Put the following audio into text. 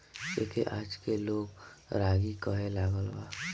एके आजके लोग रागी कहे लागल बा